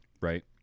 right